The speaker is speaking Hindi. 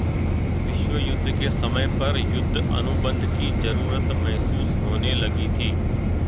विश्व युद्ध के समय पर युद्ध अनुबंध की जरूरत महसूस होने लगी थी